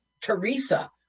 Teresa